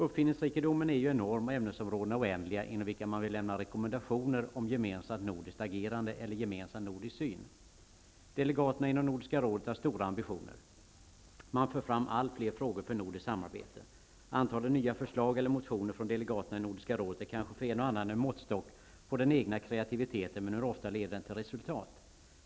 Uppfinningsrikedomen är ju enorm och ämnesområdena oändliga inom vilka man vill lämna rekommendationer om gemensamt nordiskt agerande eller gemensam nordisk syn. Delegaterna inom Nordiska rådet har stora ambitioner. Man för fram allt fler frågor för nordiskt samarbete. Antalet nya förslag eller motioner från delegaterna i Nordiska rådet är kanske för en och annan en måttstock på den egna kreativiteten. Men hur ofta leder detta till resultat?